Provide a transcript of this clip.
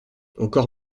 encore